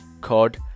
called